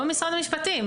לא משרד המשפטים.